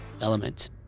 element